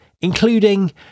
including